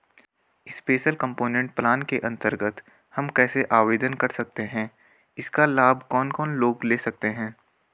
Special component plan के अन्तर्गत हम कैसे आवेदन कर सकते हैं इसका लाभ कौन कौन लोग ले सकते हैं?